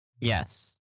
Yes